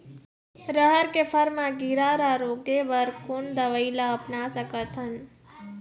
रहर के फर मा किरा रा रोके बर कोन दवई ला अपना सकथन?